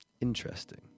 interesting